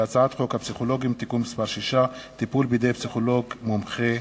והצעת חוק הפסיכולוגים (תיקון מס' 6) (טיפול בידי פסיכולוג מומחה),